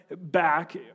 back